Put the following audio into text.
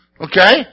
Okay